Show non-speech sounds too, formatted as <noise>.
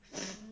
<noise>